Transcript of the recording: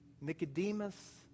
Nicodemus